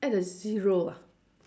add a zero ah